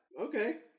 Okay